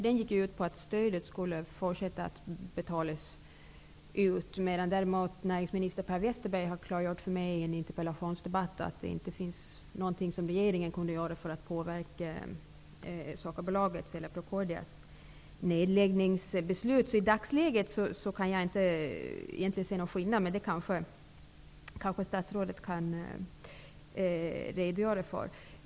Den gick ut på att stödet skulle fortsätta att betalas ut, medan däremot näringsminister Per Westerberg har klargjort för mig i en interpellationsdebatt att regeringen inte kunde göra någonting för att påverka Procordias nedläggningsbeslut. I dagsläget kan jag inte se någon skillnad där, men det kanske statsrådet kan redogöra för.